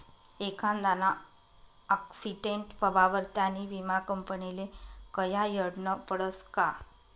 एखांदाना आक्सीटेंट व्हवावर त्यानी विमा कंपनीले कयायडनं पडसं का